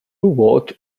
walked